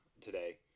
today